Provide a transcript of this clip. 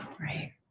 right